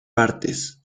partes